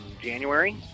January